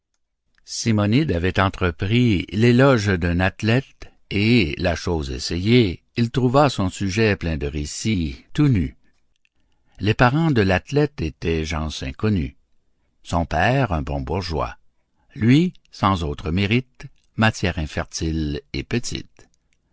simonide avait entrepris l'éloge d'un athlète et la chose essayée il trouva son sujet plein de récits tout nus les parents de l'athlète étaient gens inconnus son père un bon bourgeois lui sans autre mérite matière infertile et petite